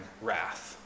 wrath